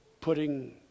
putting